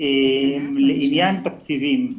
לעניין התקציבים.